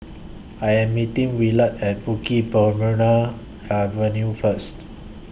I Am meeting Willard At Bukit Avenue First